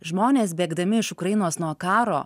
žmonės bėgdami iš ukrainos nuo karo